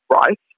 right